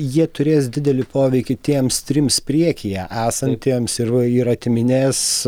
jie turės didelį poveikį tiems trims priekyje esantiems ir atiminės